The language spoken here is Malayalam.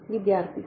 വിദ്യാർത്ഥി സർ